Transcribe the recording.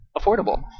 affordable